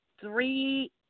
three